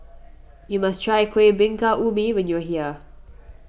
you must try Kueh Bingka Ubi when you are here